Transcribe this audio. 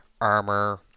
armor